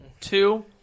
two